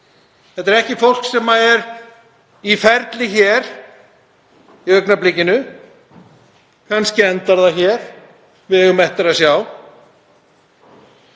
en það er ekki fólk sem er í ferli hér í augnablikinu. Kannski endar það hér, við eigum eftir að sjá